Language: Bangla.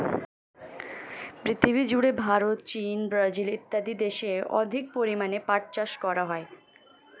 পৃথিবীজুড়ে ভারত, চীন, ব্রাজিল ইত্যাদি দেশে অধিক পরিমাণে পাট চাষ করা হয়